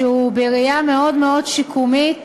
שהוא בראייה מאוד מאוד שיקומית,